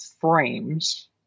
frames